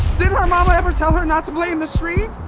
didn't her mama ever tell her not to play in the street?